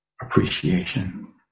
appreciation